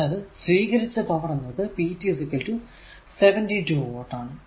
അതായതു സ്വീകരിച്ച പവർ എന്നത് p 2 72 വാട്ട് ആണ്